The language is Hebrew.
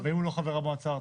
ואם הוא לא חבר המועצה הארצית?